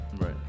right